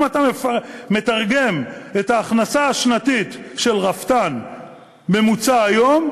אם אתה מתרגם את ההכנסה השנתית של רפתן ממוצע היום,